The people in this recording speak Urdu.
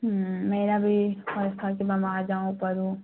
میرا بھی پڑھوں